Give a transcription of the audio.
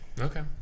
Okay